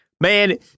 Man